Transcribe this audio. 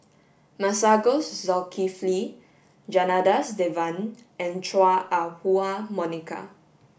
Masagos Zulkifli Janadas Devan and Chua Ah Huwa Monica